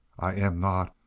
i am not.